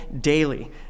daily